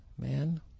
man